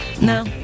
No